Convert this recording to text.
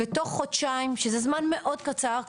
בתוך חודשיים שזה זמן מאוד קצר,